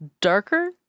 darker